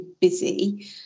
busy